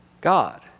God